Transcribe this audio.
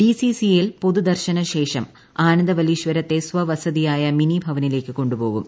ഡിസിസിയിൽ പൊതുദർശനശേഷം ആനന്ദവല്ലീശ്വരത്തെ സ്വവസതിയായ മിനി ഭവനിലേക്ക് കൊണ്ടുപോകും